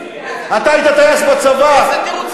אתה היית טייס בצבא, איזה תירוצים?